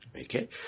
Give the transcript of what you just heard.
Okay